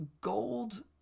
gold